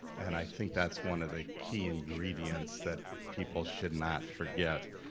and i think that's one of the key ingredients that people should not forget.